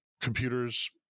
Computers